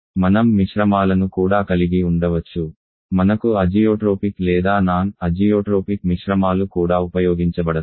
మనం మిశ్రమాలను కూడా కలిగి ఉండవచ్చు మనకు అజియోట్రోపిక్ లేదా నాన్ అజియోట్రోపిక్ మిశ్రమాలు కూడా ఉపయోగించబడతాయి